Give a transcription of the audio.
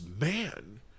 man